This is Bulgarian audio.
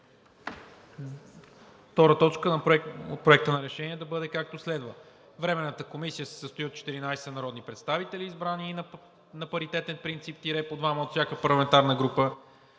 Точка втора в Проекта на решение да бъде, както следва: „Временната комисия се състои от 14 народни представители, избрани на паритетен принцип – по двама от всяка парламентарна група.“